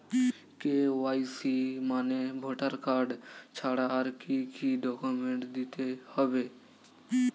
KYC মানে voter card ছাড়া আর কি কি ডকুমেন্ট দিতে হবে?